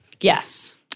Yes